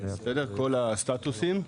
כל הסטטוסים.